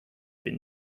been